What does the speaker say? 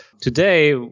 Today